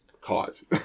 cause